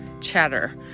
chatter